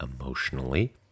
emotionally